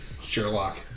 Sherlock